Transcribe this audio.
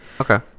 okay